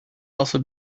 also